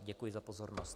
Děkuji za pozornost.